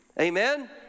Amen